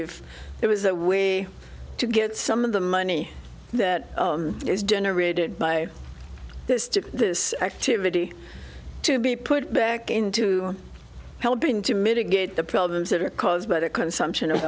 if there was a way to get some of the money that is generated by this to this activity to be put back into helping to mitigate the problems that are caused by the consumption of